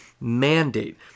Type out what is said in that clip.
mandate